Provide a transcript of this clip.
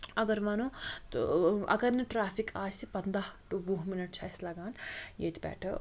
اگر وَنو تہٕ اگر نہٕ ٹرٛیفِک آسہِ پَنٛداہ ٹُو وُہ منٹ چھِ اسہِ لَگان ییٚتہِ پٮ۪ٹھ